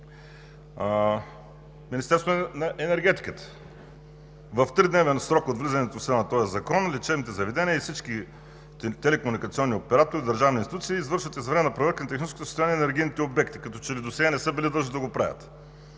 „Министерството на енергетиката в тридневен срок от влизането в сила на този закон, лечебните заведения, всички телекомуникационни оператори и държавни институции извършват извънредна проверка на техническото състояние на енергийните обекти“ – като че ли досега не са били длъжни да го правят?!